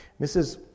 Mrs